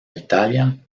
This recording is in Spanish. italia